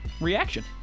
reaction